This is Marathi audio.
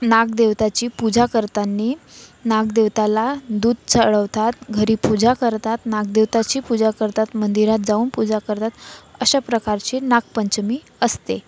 नागदेवताची पूजा करताना नागदेवताला दूध चढवतात घरी पूजा करतात नागदेवताची पूजा करतात मंदिरात जाऊन पूजा करतात अशा प्रकारची नागपंचमी असते